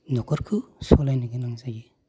न'खरखौ सलायनो गोनां जायो